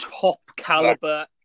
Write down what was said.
top-caliber